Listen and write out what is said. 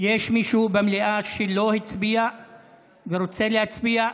יש מישהו במליאה שלא הצביע ורוצה להצביע?